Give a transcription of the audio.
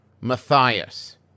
Matthias